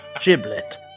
Giblet